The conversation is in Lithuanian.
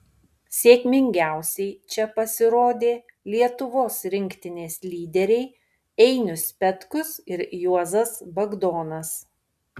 sėkmingiausiai čia pasirodė lietuvos rinktinės lyderiai einius petkus ir juozas bagdonas